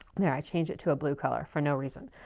there, i changed it to a blue color for no reason.